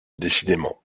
décidément